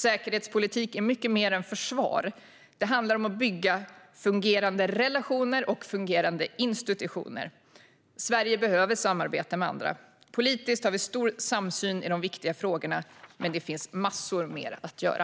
Säkerhetspolitik är mycket mer än försvar. Det handlar om att bygga fungerande relationer och fungerande institutioner. Sverige behöver samarbeta med andra. Politiskt har vi stor samsyn i de viktiga frågorna, men det finns mycket mer att göra.